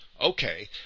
Okay